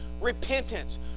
repentance